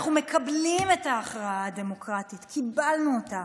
אנחנו מקבלים את ההכרעה הדמוקרטית, קיבלנו אותה,